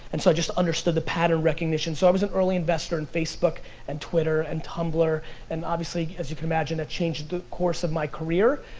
and so i just understood the pattern recognition, so i was an early investor in facebook and twitter and tumblr and obviously, as you can imagine, it changed the course of my career.